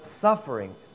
suffering